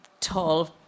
tall